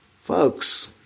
Folks